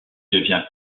devient